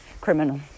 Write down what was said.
criminal